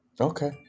Okay